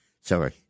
Sorry